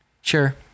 Sure